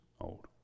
old